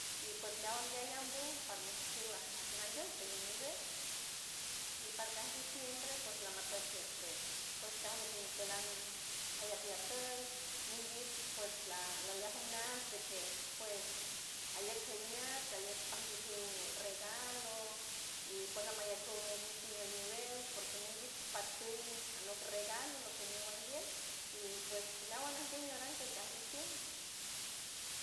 Y pues meawan ngue ayambu parmajchiw aj- ajnanchiw según ñiwew iparkaj diciembre ps lamatuch este pues en caso de que ñipelan ayac yaküy monguich pues la- laj ujmiats de que pues ajliek jiniats ajlieck pajguium regalo y pues lamayaku mi pino ñiwew porque monguich patüñ anop regalo lo que ñiw andiem y pues meawan najgue ñurrar tiel kaj diciembre.